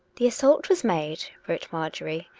the assault was made, wrote marjorie,